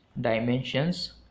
Dimensions